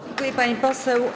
Dziękuję, pani poseł.